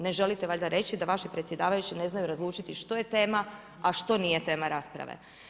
Ne želite valjda reći da vaši predsjedavajući ne znaju razlučiti što je tema, a što nije tema rasprave.